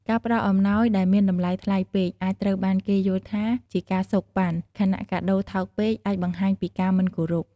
ការផ្តល់អំណោយដែលមានតម្លៃថ្លៃពេកអាចត្រូវបានគេយល់ថាជាការសូកប៉ាន់ ខណៈកាដូរថោកពេកអាចបង្ហាញពីការមិនគោរព។